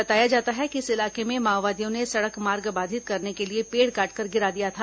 बताया जाता है कि इस इलाके में माओवादियों ने सड़क मार्ग बाधित करने के लिए पेड़ काटकर गिरा दिया था